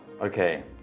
Okay